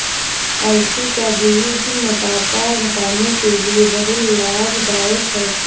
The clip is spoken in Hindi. अलसी का बीज मोटापा घटाने के लिए बहुत लाभदायक है